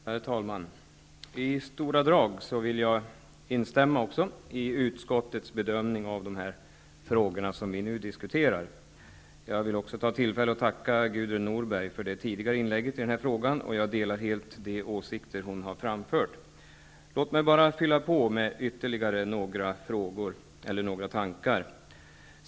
Herr talman! I stora drag vill jag instämma i utskottets bedömning av de frågor som vi nu diskuterar. Jag vill också ta tillfället och tacka Gudrun Norberg för det tidigare inlägget i denna fråga. Jag delar helt de åsikter hon har framfört. Låt mig bara fylla på med ytterligare några tankar.